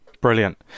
brilliant